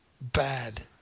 bad